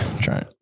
trying